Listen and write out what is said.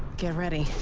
get ready.